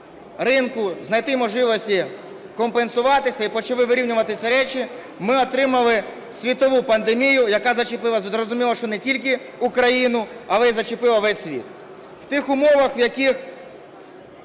ринку знайти можливості компенсувати це і почали вирівнювати ці речі, ми отримали світову пандемію, яка зачепила, зрозуміло, що не тільки Україну, але й зачепила весь світ. В тих умовах, в яких